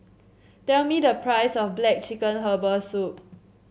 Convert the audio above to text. tell me the price of black chicken Herbal Soup